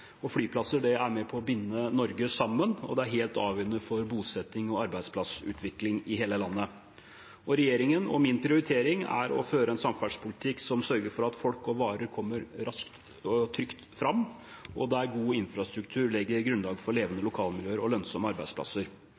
helt avgjørende for bosetting og arbeidsplassutvikling i hele landet. Regjeringens og min prioritering er å føre en samferdselspolitikk som sørger for at folk og varer kommer raskt og trygt fram, og der god infrastruktur legger grunnlag for levende lokalmiljøer og lønnsomme arbeidsplasser.